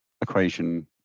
equation